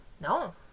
No